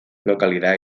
localidad